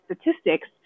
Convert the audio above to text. statistics